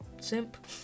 simp